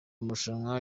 marushanwa